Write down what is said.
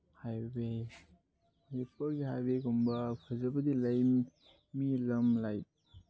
highway ꯃꯅꯤꯄꯨꯔꯒꯤ ꯍꯥꯏꯋꯦꯒꯨꯝꯕ ꯐꯖꯕꯗꯤ ꯂꯩ ꯃꯤ ꯂꯝ ꯂꯥꯏꯛ